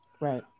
Right